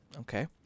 Okay